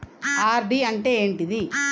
RD అంటే ఏంటిది?